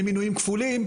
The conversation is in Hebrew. למינויים כפולים,